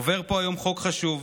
עובר פה היום חוק חשוב,